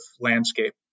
landscape